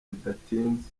bidatinze